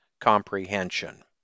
comprehension